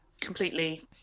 completely